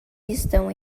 estão